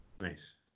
Nice